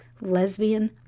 lesbian